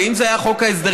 שהרי אם זה היה חוק ההסדרים,